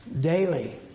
daily